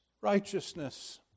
righteousness